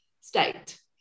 state